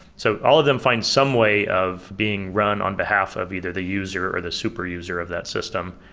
so all of them find some way of being run on behalf of either the user, or the super user of that system.